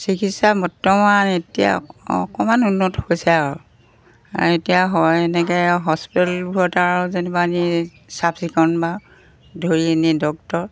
চিকিৎসা বৰ্তমান এতিয়া অকণমান উন্নত হৈছে আৰু এতিয়া হয় এনেকৈ হস্পিটেলবোৰত আৰু যেনিবা আনি চাফ চিকুণ বা ধৰি এনে ডক্তৰ